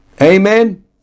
Amen